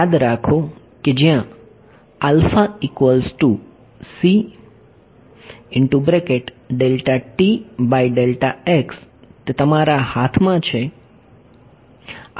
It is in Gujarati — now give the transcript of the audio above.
યાદ રાખો કે જ્યાં તે તમારા હાથમાં છે ની સાથે તમે રમી શકો છો